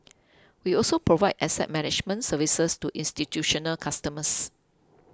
we also provide asset management services to institutional customers